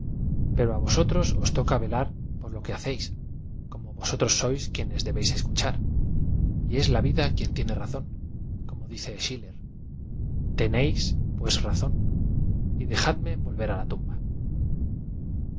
pero á vosotros os toca v ela r por lo que hacéis como vosotroa aoia quien debéis escuchar y ea la vid a quien tiene razón como dice schiller tenéis pues razón y dejadme v olver á la tumba